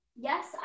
yes